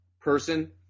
person